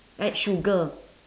add sugar